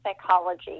psychology